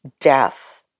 Death